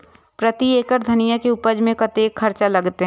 प्रति एकड़ धनिया के उपज में कतेक खर्चा लगते?